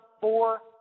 four